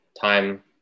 time